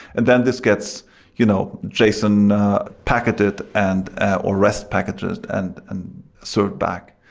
and then this gets you know json packeted and or rest packeted and and served back.